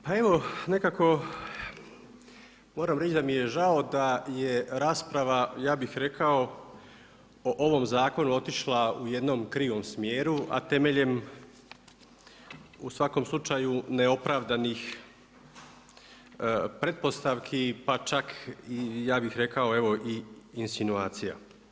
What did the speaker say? Pa evo nekako moram reći da mi je žao da je rasprava, ja bih rekao, o ovom zakonu otišla u jednom krivom smjeru a temeljem u svakom slučaju neopravdanih pretpostavki pa čak i ja bih rekao evo i insinuacija.